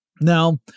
Now